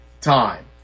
time